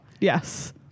Yes